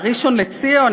לראשון-לציון,